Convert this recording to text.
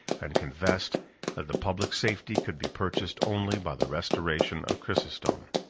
and confessed that the public safety could be purchased only by the restoration of chrysostom.